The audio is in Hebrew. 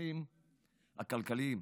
בעיתונים הכלכליים.